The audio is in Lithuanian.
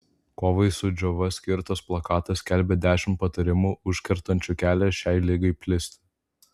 kovai su džiova skirtas plakatas skelbia dešimt patarimų užkertančių kelią šiai ligai plisti